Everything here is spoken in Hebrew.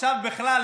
עכשיו בכלל,